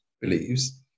believes